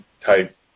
type